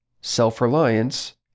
self-reliance